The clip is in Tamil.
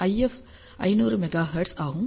IF 500 மெகா ஹெர்ட்ஸ் ஆகும்